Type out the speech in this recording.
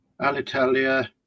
Alitalia